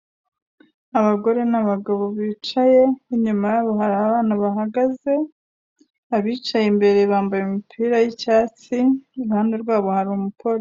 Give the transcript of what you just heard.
Abagore n'abagabo bicaye inyama yabo hari abana bahagaze, abicaye imbere bambaye imipira y'icyatsi, iruhande rwabo hari umupolisi.